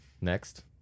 Next